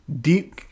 deep